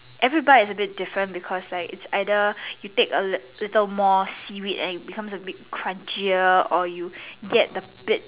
every bite is a bit different because it's like you take a little more seaweed and it becomes a bit crunchier or you get a bit